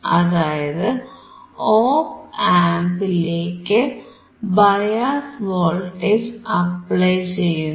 അതായത് ഓപ് ആംപിലേക്ക് bias voltage apply ചെയ്യുന്നു